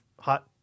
hot